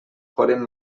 foren